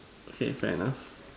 okay fair enough